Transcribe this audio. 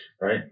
right